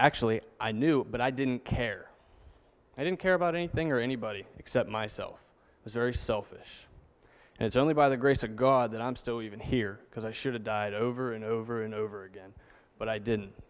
actually i knew but i didn't care i didn't care about anything or anybody except myself i was very selfish and it's only by the grace of god that i'm still even here because i should have died over and over and over again but i didn't